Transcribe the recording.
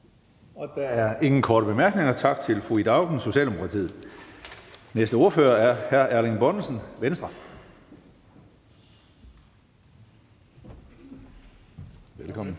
Der er ingen korte bemærkninger. Tak til fru Ida Auken, Socialdemokratiet. Den næste ordfører er hr. Erling Bonnesen, Venstre. Velkommen.